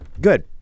Good